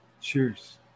Cheers